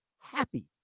happy